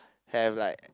have like